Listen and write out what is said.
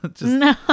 No